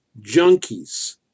junkies